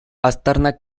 aztarnak